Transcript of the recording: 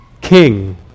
King